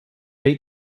beat